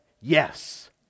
yes